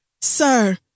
Sir